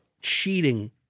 cheating